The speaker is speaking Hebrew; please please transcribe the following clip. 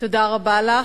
תודה רבה לך.